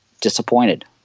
disappointed